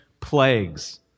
plagues